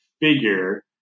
figure